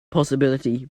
possibility